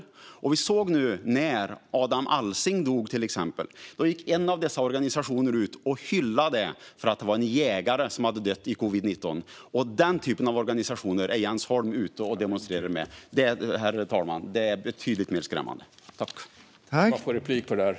Vi såg till exempel nyligen när Adam Alsing dog att en av dessa organisationer gick ut och hyllade att en jägare hade dött i covid-19. Organisationer som dessa demonstrerar Jens Holm med. Detta är betydligt mer skrämmande, herr talman.